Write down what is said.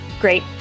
Great